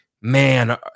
man